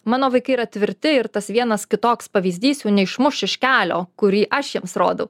mano vaikai yra tvirti ir tas vienas kitoks pavyzdys jų neišmuš iš kelio kurį aš jiems rodau